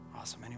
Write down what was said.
Awesome